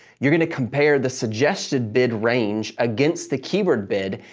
you're gonna compare the suggested bid range against the keyword bid,